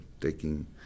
taking